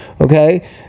okay